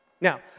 Now